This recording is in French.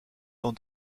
dans